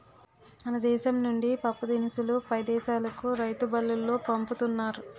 మన దేశం నుండి పప్పుదినుసులు పై దేశాలుకు రైలుబల్లులో పంపుతున్నారు